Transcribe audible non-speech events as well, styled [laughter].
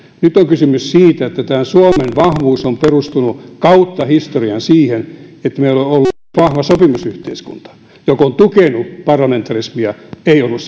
nyt on kysymys siitä että suomen vahvuus on perustunut kautta historian siihen että meillä on ollut myös vahva sopimusyhteiskunta joka on tukenut parlamentarismia ei ole ollut [unintelligible]